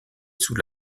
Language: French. sous